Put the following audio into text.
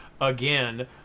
again